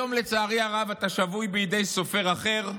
היום, לצערי הרב, אתה שבוי בידי סופר אחר,